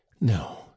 no